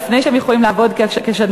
לפני שהם יכולים לעבוד כשדלנים,